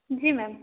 जी ma'am